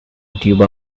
tuba